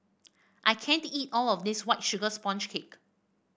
I can't eat all of this White Sugar Sponge Cake